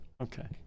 Okay